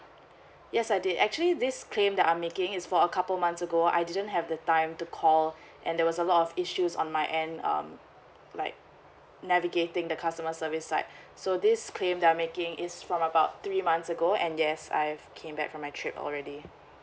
yes I did actually this claim that I'm making is for a couple months ago I didn't have the time to call and there was a lot of issues on my end um like navigating the customer service site so this claim that I'm making is from about three months ago and yes I've came back from my trip already